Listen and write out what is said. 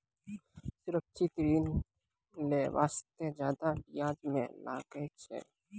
सुरक्षित ऋण लै बास्ते जादा बियाज नै लागै छै